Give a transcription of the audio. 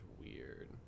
weird